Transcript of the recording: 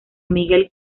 miguel